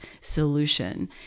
solution